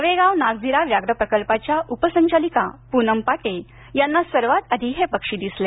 नवेगाव नागझिरा व्याघ्र प्रकल्पाच्या उप संचालिका पूनम पाटे यांना सर्वात आधी हे पक्षी दिसले